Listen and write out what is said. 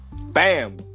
bam